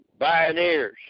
Bioneers